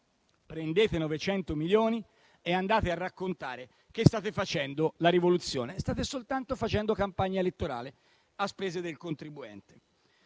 prendete 900 milioni e andate a raccontare che state facendo la rivoluzione. State soltanto facendo campagna elettorale a spese del contribuente.